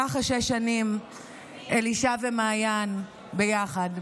ככה שש שנים אלישע ומעיין ביחד.